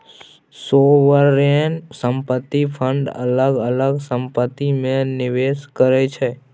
sovereign संपत्ति fund अलग अलग संपत्ति मे निबेस करै छै